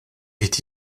est